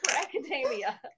academia